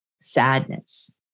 sadness